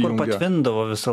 kur patvindavo visą